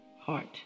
heart